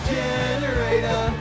generator